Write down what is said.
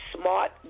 smart